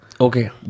Okay